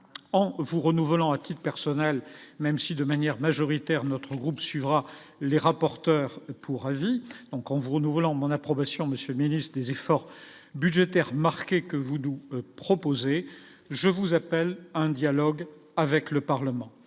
en vous renouvelant personnel même si de manière majoritaire notre groupe suivra les rapporteurs pour avis, donc on vous renouvelant mon approbation monsieur ministre des efforts budgétaires marqué que vous nous proposez, je vous appelle à un dialogue avec le Parlement